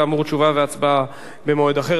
כאמור, תשובה והצבעה במועד אחר.